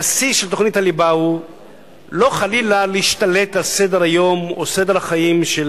הבסיס של תוכנית הליבה הוא לא חלילה להשתלט על סדר-היום או סדר החיים של